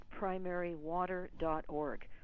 primarywater.org